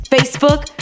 Facebook